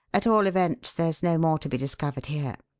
at all events there's no more to be discovered here.